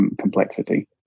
complexity